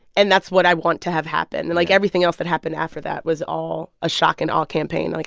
and that's what i want to have happen. and, like, everything else that happened after that was all a shock-and-awe campaign. and like